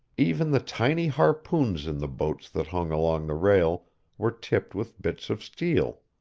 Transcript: even the tiny harpoons in the boats that hung along the rail were tipped with bits of steel.